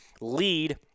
lead